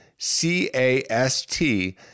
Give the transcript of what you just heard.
C-A-S-T